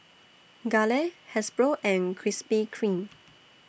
Gelare Hasbro and Krispy Kreme